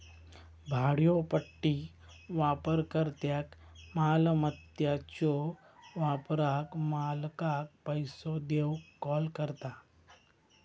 भाड्योपट्टी वापरकर्त्याक मालमत्याच्यो वापराक मालकाक पैसो देऊक कॉल करता